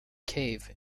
cave